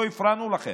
לא הפרענו לכם,